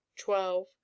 twelve